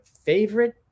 Favorite